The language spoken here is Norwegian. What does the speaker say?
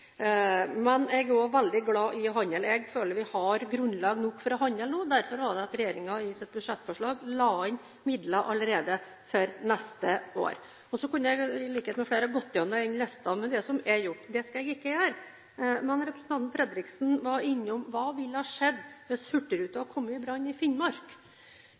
men jeg er også veldig glad i å handle. Jeg føler vi har grunnlag nok for å handle nå. Derfor la regjeringen i sitt budsjettforslag inn midler allerede for neste år. Så kunne jeg, i likhet med flere, ha gått gjennom listen over det som er gjort. Det skal jeg ikke gjøre. Men representanten Fredriksen var innom hva som ville ha skjedd hvis hurtigruta hadde kommet i brann i Finnmark.